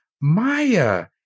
Maya